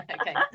okay